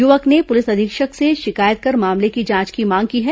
युवक ने पुलिस अधीक्षक से शिकायत कर मामले की जांच की मांग की है